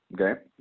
Okay